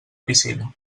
piscina